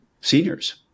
seniors